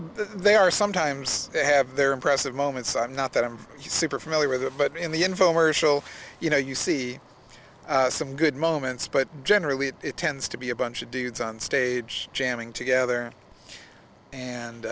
they are sometimes they have their impressive moments i'm not that i'm super familiar with it but in the infomercial you know you see some good moments but generally it tends to be a bunch of dudes on stage jamming together and